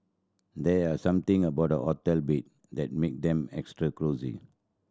there are something about hotel bed that make them extra cosy